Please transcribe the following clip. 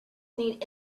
need